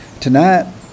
tonight